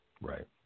Right